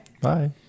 Bye